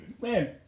Man